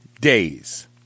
days